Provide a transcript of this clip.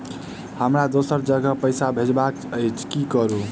हमरा दोसर जगह पैसा भेजबाक अछि की करू?